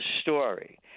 story